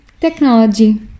technology